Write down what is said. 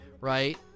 Right